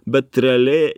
bet realiai